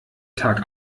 tag